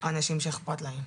אנשים שאכפת להם,